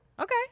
Okay